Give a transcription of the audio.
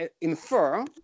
infer